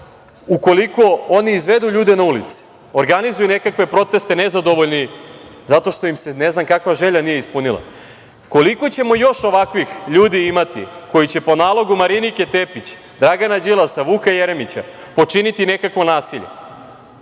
ukoliko oni izvedu ljude na ulice, organizuju nekakve proteste, nezadovoljni zato što im se ne znam kakva želja nije ispunila, koliko ćemo još ovakvih ljudi imati koji će po nalogu Marinike Tepić, Dragana Đilasa, Vuka Jeremića, počiniti nekakvo nasilje,